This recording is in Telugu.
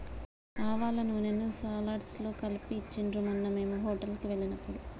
ఆవాల నూనెను సలాడ్స్ లో కలిపి ఇచ్చిండ్రు మొన్న మేము హోటల్ కి వెళ్ళినప్పుడు